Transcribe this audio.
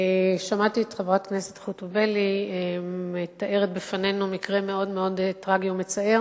שמעתי את חברת הכנסת חוטובלי מתארת בפנינו מקרה מאוד מאוד טרגי ומצער